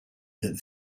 that